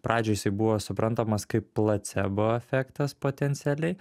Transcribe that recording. pradžioj jisai buvo suprantamas kaip placebo efektas potencialiai